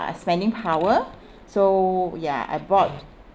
uh spending power so ya I bought